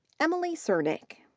emily cernick.